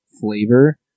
flavor